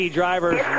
drivers